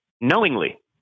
knowingly